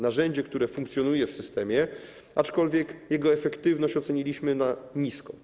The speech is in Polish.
Narzędzie, które funkcjonuje w systemie, aczkolwiek jego efektywność oceniliśmy jako niską.